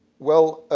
well,